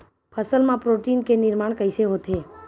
फसल मा प्रोटीन के निर्माण कइसे होथे?